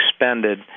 expended